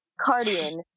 Cardian